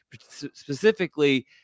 specifically